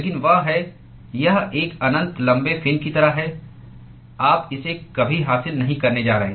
लेकिन वह है यह एक अनंत लंबे फिन की तरह है आप इसे कभी हासिल नहीं करने जा रहे हैं